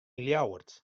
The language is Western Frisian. ljouwert